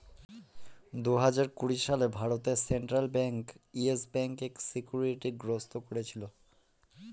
দুই হাজার কুড়ি সালে ভারতে সেন্ট্রাল ব্যাঙ্ক ইয়েস ব্যাঙ্কে সিকিউরিটি গ্রস্ত করেছিল